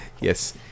Yes